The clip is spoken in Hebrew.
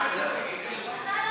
בושה וחרפה.